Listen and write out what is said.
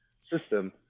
system